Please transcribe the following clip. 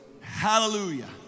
Hallelujah